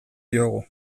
diogu